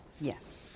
Yes